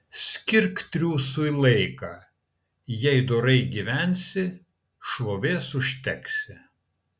skirk triūsui laiką jei dorai gyvensi šlovės užteksi